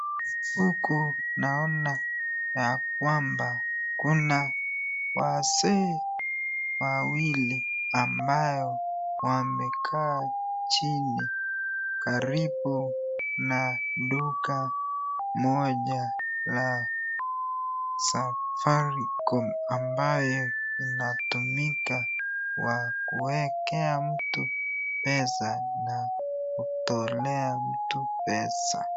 Huku naona ya kwamba kuna wazee wawili, ambayo wamekaa chini karibu na duka moja la Safaricom, ambayo inatumika wa kuwekea mtu pesa na kutolea mtu pesa.